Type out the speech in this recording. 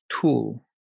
tool